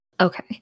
Okay